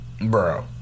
Bro